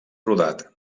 rodat